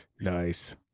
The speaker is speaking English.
Nice